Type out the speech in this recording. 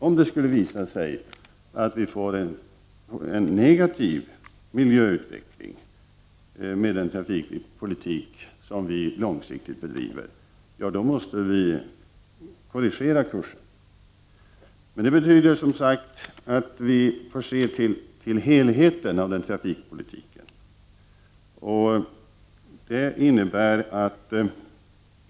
Om det skulle visa sig att vi får en negativ miljöutveckling med den långsiktiga trafikpolitik som vi bedriver, måste vi korrigera kursen. Men detta förutsätter, som sagt, att vi ser på denna trafikpolitik som en helhet.